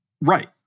Right